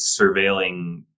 surveilling